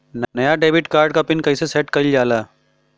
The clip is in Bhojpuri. नया डेबिट कार्ड क पिन कईसे सेट कईल जाला?